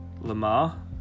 Lamar